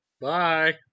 Bye